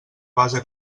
base